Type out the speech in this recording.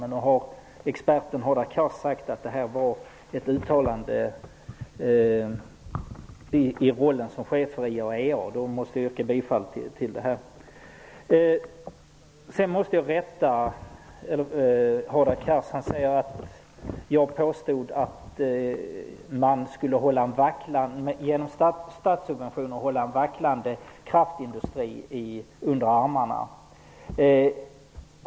Men om experten Hadar Cars har sagt att detta var ett uttalande som han gjorde i rollen som chef för IAEA, måste jag yrka bifall till min meningsyttring i detta avseende. Jag måste rätta Hadar Cars. Han säger att jag påstod att man genom statssubventioner skulle hålla en vacklande kraftindustri under armarna.